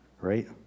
Right